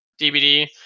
DVD